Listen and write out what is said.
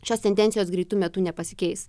šios tendencijos greitu metu nepasikeis